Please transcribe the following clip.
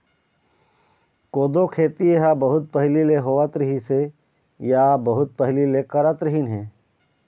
कोदो खेती बहुत पहिली ले होवत रिहिस हे या बहुत पहिली ले करत रिहिन हे